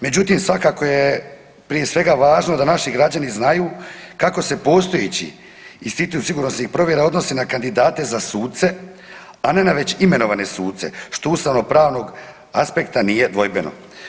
Međutim, svakako je prije svega važno da naši građani znaju kako se postojeći institut sigurnosnih provjera odnosi na kandidate za suce a ne na već imenovane suce što sa ustavno-pravnog aspekta nije dvojbeno.